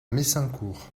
messincourt